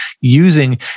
using